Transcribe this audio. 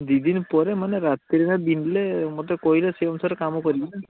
ଦୁଇ ଦିନ ପରେ ମାନେ ରାତିରେ ବିନ୍ଧିଲେ ମୋତେ କହିଲେ ସେଇ ଅନୁସାରେ କାମ କରିବି ନା